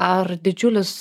ar didžiulis